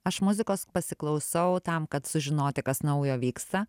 aš muzikos pasiklausau tam kad sužinoti kas naujo vyksta